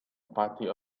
party